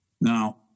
Now